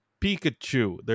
pikachu